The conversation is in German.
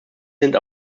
sind